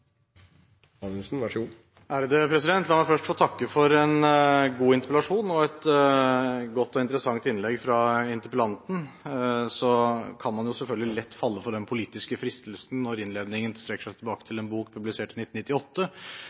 La meg først få takke for en god interpellasjon og et godt og interessant innlegg fra interpellanten. Man kan selvfølgelig lett falle for den politiske fristelsen til å si – når innledningen strekker seg tilbake til en bok publisert i 1998